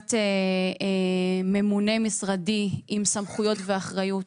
שקביעת ממונה משרדי עם סמכויות ואחריות,